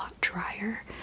drier